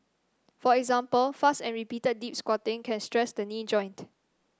for example fast and repeated deep squatting can stress the knee joint